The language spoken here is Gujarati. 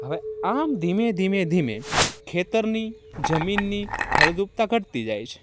હવે આમ ધીમે ધીમે ધીમે ખેતરની જમીનની ફળદ્રુપતા ઘટતી જાય છે